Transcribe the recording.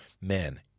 men